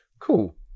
Cool